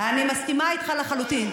אני מסכימה איתך לחלוטין.